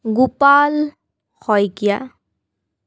Gopal Saikia